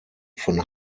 von